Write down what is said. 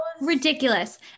ridiculous